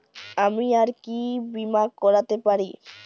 আমি আর কি বীমা করাতে পারি?